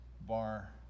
bar